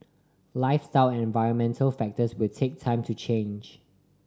lifestyle and environmental factors will take time to change